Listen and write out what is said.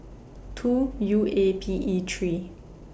two U A P E three